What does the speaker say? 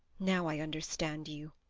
now i understand you,